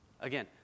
Again